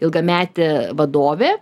ilgametė vadovė